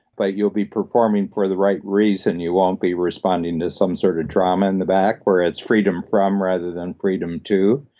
but you'll be performing for the right reason. you won't be responding to some sort of trauma in the back, where it's freedom from whether than freedom to.